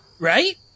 Right